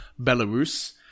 Belarus